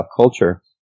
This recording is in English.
culture